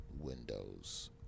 windows